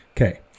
Okay